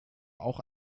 auch